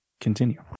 continue